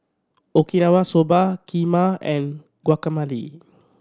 Okinawa Soba Kheema and Guacamole